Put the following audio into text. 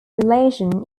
relation